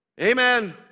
Amen